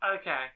Okay